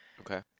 Okay